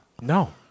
No